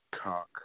cock